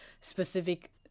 specific